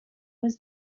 was